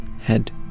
head